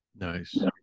Nice